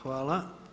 Hvala.